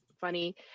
funny